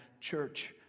church